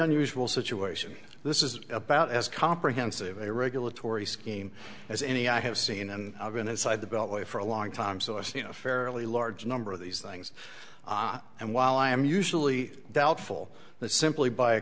unusual situation this is about as comprehensive a regulatory scheme as any i have seen and i've been inside the beltway for a long time so i seen a fairly large number of these things and while i am usually doubtful that simply by a